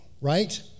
right